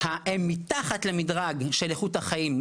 אתה מציג סטטיסטיקה שההגדרות משתנות באמצעו הסטטיסטיקה,